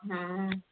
ହଁ